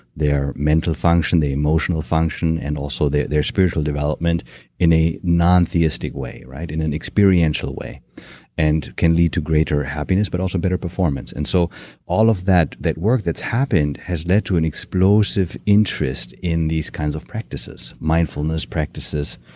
their mental function, their emotional function, and also their their spiritual development in a non-theistic way, in an experiential way and can lead to greater happiness but also better performance. and so all of that that work that's happened has led to an explosive interest in these kinds of practices, mindfulness practices,